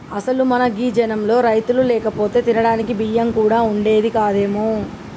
అసలు మన గీ జనంలో రైతులు లేకపోతే తినడానికి బియ్యం కూడా వుండేది కాదేమో